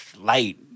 light